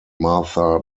martha